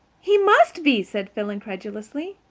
he must be, said phil incredulously.